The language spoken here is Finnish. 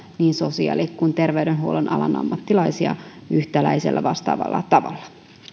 niin sosiaali kuin terveydenhuollon alan ammattilaisia yhtäläisellä vastaavalla tavalla